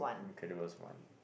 Incredibles One